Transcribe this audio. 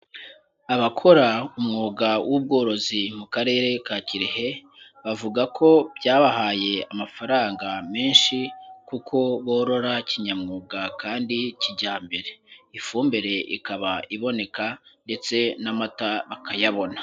Abakora umwuga w'ubworozi mu Karere ka Kirehe, bavuga ko byabahaye amafaranga menshi kuko borora kinyamwuga kandi kijyambere, ifumbire ikaba iboneka ndetse n'amata akayabona.